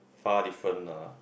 far different lah